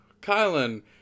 Kylan